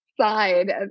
side